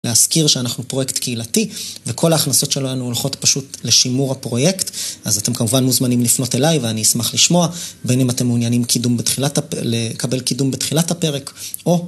להזכיר שאנחנו פרויקט קהילתי וכל ההכנסות שלנו הולכות פשוט לשימור הפרויקט אז אתם כמובן מוזמנים לפנות אליי ואני אשמח לשמוע בין אם אתם מעוניינים קידום בתחילת לקבל קידום בתחילת הפרק או